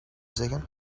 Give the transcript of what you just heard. zeggen